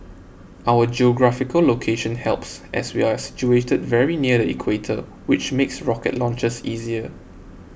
our geographical location helps as we are situated very near the Equator which makes rocket launches easier